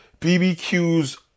bbq's